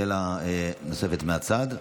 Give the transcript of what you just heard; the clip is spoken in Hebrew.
שאלה נוספת מהצד,